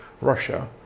Russia